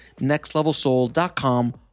nextlevelsoul.com